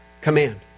command